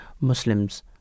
Muslims